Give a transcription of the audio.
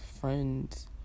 friends